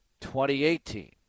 2018